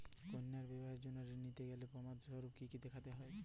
কন্যার বিবাহের জন্য ঋণ নিতে গেলে প্রমাণ স্বরূপ কী কী দেখাতে হবে?